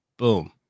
Boom